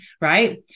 right